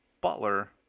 butler